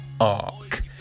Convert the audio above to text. arc